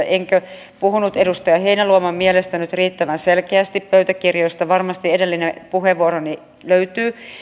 enkö puhunut edustaja heinäluoman mielestä nyt riittävän selkeästi pöytäkirjoista varmasti edellinen puheenvuoroni löytyy